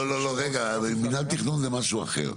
לא, לא, רגע, מנהל תכנון זה משהו אחר.